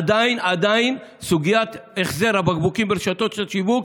עדיין סוגיית החזר הבקבוקים ברשתות השיווק,